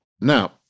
Now